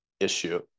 Issue